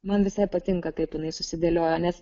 man visai patinka kaip jinai susidėliojo nes